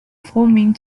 forming